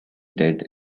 dead